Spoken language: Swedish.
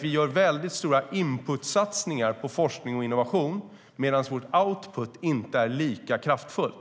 Vi gör väldigt stora inputsatsningar på forskning och innovation medan vår output inte är lika kraftfull.